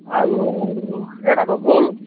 আৰু এটাটো হ'ল